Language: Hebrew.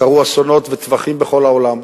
קרו אסונות ומעשי טבח בכל העולם.